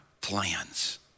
plans